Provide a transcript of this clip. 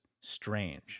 strange